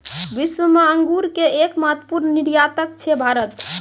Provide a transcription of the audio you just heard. विश्व मॅ अंगूर के एक महत्वपूर्ण निर्यातक छै भारत